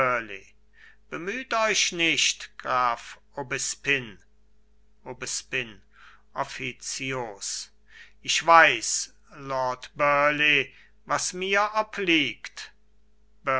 bemüht euch nicht graf aubespine aubespine offizios ich weiß lord burleigh was mir obliegt